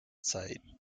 site